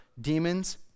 demons